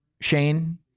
shane